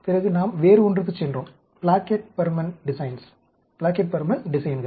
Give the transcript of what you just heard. பிறகு நாம் வேறு ஒன்றுக்குச் சென்றோம் பிளாக்கெட் பர்மன் டிசைன்கள்